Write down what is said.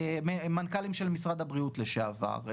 מנכ"לים של משרד הבריאות לשעבר,